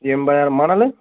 எண்பதாயிரம் மணல்